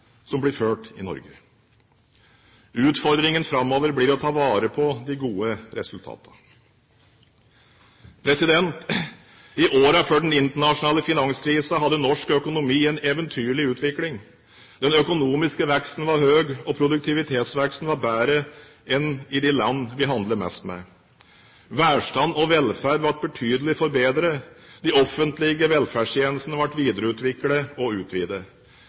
som blir ført i Norge. Utfordringen framover blir å ta vare på disse gode resultatene. I årene før den internasjonale finanskrisen hadde norsk økonomi en eventyrlig utvikling. Den økonomiske veksten var høy, og produktivitetsveksten var bedre enn i de land vi handler mest med. Velstand og velferd ble betydelig forbedret. De offentlige velferdstjenestene ble videreutviklet og utvidet.